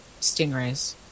Stingrays